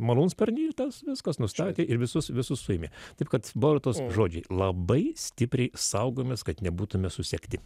malūnsparnį ir tas viskas nustatė ir visus visus suėmė taip kad borutos žodžiai labai stipriai saugojomės kad nebūtume susekti